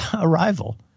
Arrival